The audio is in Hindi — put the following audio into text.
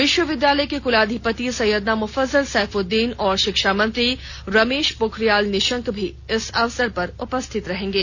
विश्वविद्यालय के कुलाधिपति सैयदना मुफज्जल सैफुद्दीन और शिक्षा मंत्री रमेश पोखरियाल निशंक भी इस अवसर पर उपस्थित रहेंगे